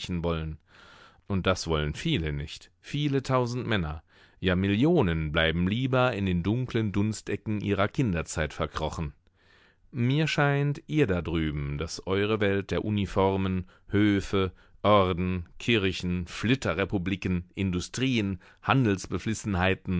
und das wollen viele nicht viele tausend männer ja millionen bleiben lieber in den dunklen dunstecken ihrer kinderzeit verkrochen mir scheint ihr da drüben daß eure welt der uniformen höfe orden kirchen flitterrepubliken industrien